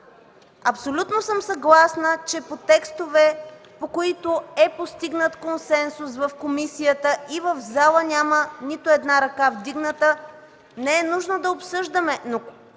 Абсолютно съм съгласна, че текстове, по които е постигнат консенсус в комисията и в залата няма нито една ръка вдигната, не е нужно да ги обсъждаме,